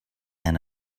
and